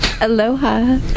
Aloha